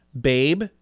Babe